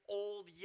old